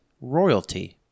royalty